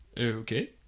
Okay